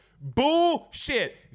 Bullshit